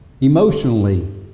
emotionally